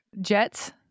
Jets